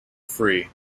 free